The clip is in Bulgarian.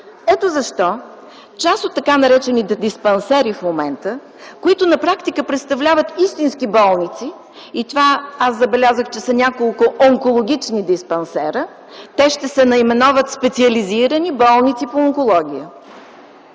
Ето защо част от така наречените диспансери в момента, които на практика представляват истински болници – и това забелязах, че няколко онкологични диспансера, те ще се наименуват специализирани болници по онкология.